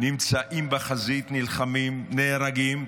נמצאים בחזית, נלחמים, נהרגים,